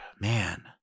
Man